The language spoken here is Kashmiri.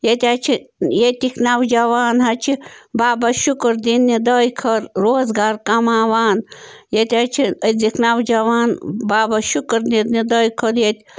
ییٚتہِ حظ چھِ ییٚتِکۍ نوجوان حظ چھِ بابا شُکُر دیٖن نہِ دعٲے خٲر روزٕگار کماوان ییٚتہِ حظ چھِ أزیِک نوجوان بابا شُکُر دیٖن نہِ دعٲے خٲر ییٚتہِ